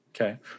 Okay